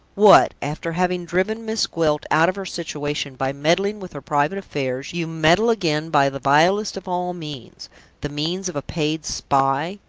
what! after having driven miss gwilt out of her situation by meddling with her private affairs, you meddle again by the vilest of all means the means of a paid spy?